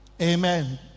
Amen